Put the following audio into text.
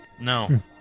No